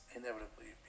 inevitably